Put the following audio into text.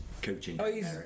coaching